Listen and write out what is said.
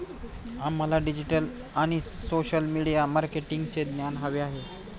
आम्हाला डिजिटल आणि social media मार्केटिंगचे ज्ञान हवे आहे